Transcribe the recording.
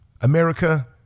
America